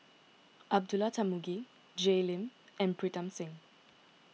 Abdullah Tarmugi Jay Lim and Pritam Singh